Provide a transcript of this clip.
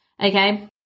okay